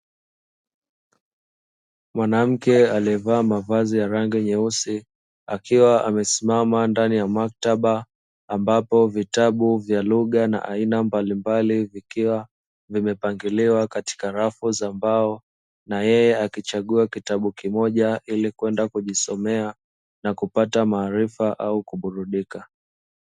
Mwanamke aliyevaa mavazi ya rangi nyeusi, akiwa amesimama ndani ya maktaba ambapo vitu vya lugha na aina mbalimbali vikiwa vimepangiliwa katika rafu za mbao, nayeye akichagua kitabu kimoja ili kwenda kujisomea na kupata maarifa au kuburudika.